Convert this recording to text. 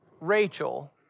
Rachel